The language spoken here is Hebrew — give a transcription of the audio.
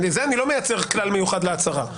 אני לא מייצר כלל מיוחד להצהרה.